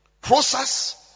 process